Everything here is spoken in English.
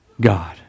God